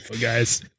Guys